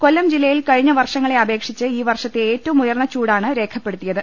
കൊല്ലം ജില്ലയിൽ കഴിഞ്ഞ വർഷ ങ്ങളെ അപേക്ഷിച്ച് ഈ വർഷത്തെ ഏറ്റവും ഉയർന്ന ചൂടാണ് രേഖപ്പെ ടുത്തിയത്